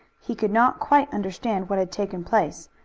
he could not quite understand what had taken place,